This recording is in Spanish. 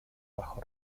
bajo